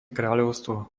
kráľovstvo